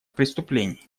преступлений